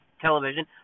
television